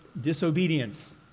disobedience